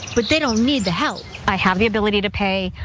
but they don't need the help. i have the ability to pay,